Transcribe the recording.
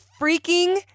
Freaking